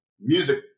music